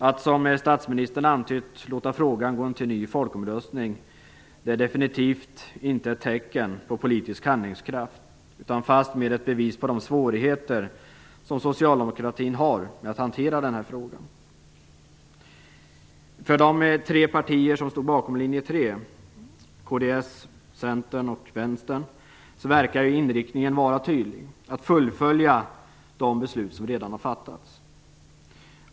Att som statsministern antytt låta frågan gå till ny folkomröstning är definitivt inte ett tecken på politisk handlingskraft utan fastmer ett bevis på de svårigheter som socialdemokratin har med att hantera den här frågan. Centern och Vänstern - verkar ju inriktningen vara tydlig: att fullfölja de beslut som redan har fattats.